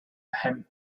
him